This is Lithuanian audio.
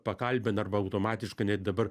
pakalbina arba automatiškai net dabar